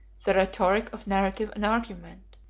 the rhetoric of narrative and argument,